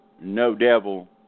no-devil